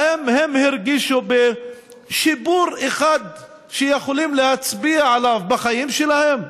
האם הם הרגישו בשיפור אחד שהם יכולים להצביע עליו בחיים שלהם?